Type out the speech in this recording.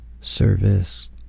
Service